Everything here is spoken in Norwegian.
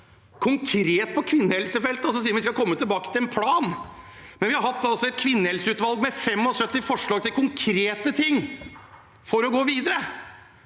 konkret på kvinnehelsefeltet, og så sier de at vi skal komme tilbake til en plan. Vi har altså hatt et kvinnehelseutvalg med 75 forslag til konkrete ting å gå videre